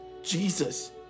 Jesus